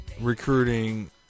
recruiting